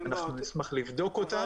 אנחנו נשמח לבדוק אותם.